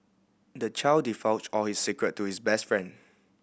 the child divulged all his secret to his best friend